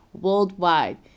worldwide